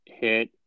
hit